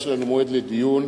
יש לנו מועד לדיון,